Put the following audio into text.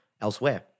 elsewhere